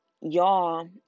y'all